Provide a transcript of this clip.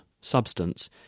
substance